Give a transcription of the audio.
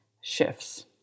shifts